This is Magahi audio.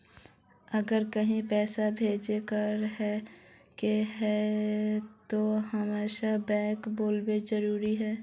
अगर कहीं पैसा भेजे करे के होते है तो हमेशा बैंक आबेले जरूरी है?